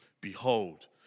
Behold